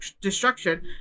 destruction